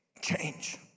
change